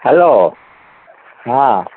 hello ହଁ